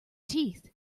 teeth